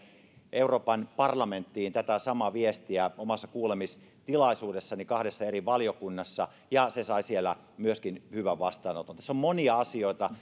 euroopan parlamenttiin tätä samaa viestiä omassa kuulemistilaisuudessani kahdessa eri valiokunnassa ja se sai myöskin siellä hyvän vastaanoton tässä on monia asioita